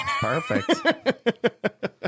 Perfect